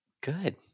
Good